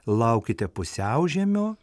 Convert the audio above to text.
laukite pusiaužiemio